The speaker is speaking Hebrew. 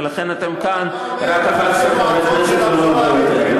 ולכן אתם כאן רק 11 חברי כנסת ולא הרבה יותר.